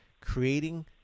Creating